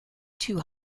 two